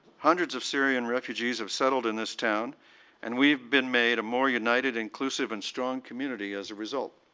hundreds of syrian refugees have settled in this town and we have been made a more united inclusive and strong community as a result.